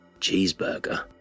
cheeseburger